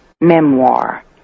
memoir